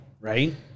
Right